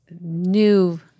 new